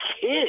kid